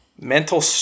Mental